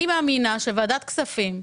אני מאמינה שוועדת הכספים,